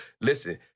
listen